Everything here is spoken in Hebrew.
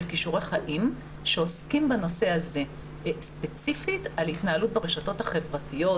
כישורי חיים שעוסקים בנושא הזה ספציפית על התנהלות ברשתות החברתיות,